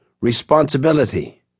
responsibility